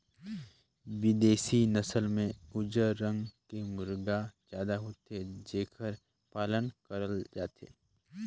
बिदेसी नसल में उजर रंग के मुरगा जादा होथे जेखर पालन करल जाथे